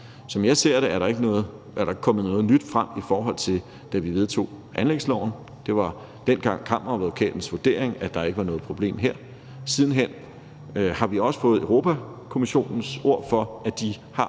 Som jeg ser det, er der ikke kommet noget nyt frem, i forhold til da vi vedtog anlægsloven. Det var dengang Kammeradvokatens vurdering, at der ikke var noget problem her. Siden hen har vi også fået Europa-Kommissionens ord for, at de har